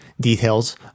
details